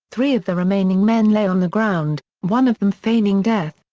three of the remaining men lay on the ground, one of them feigning death,